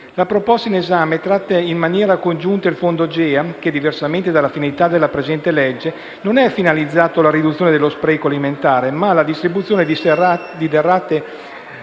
La proposta in esame tratta in maniera congiunta il citato fondo che, diversamente dalle finalità del presente disegno di legge, non è mirato alla riduzione dello spreco alimentare, ma alla distribuzione di derrate